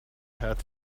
had